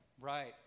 right